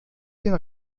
den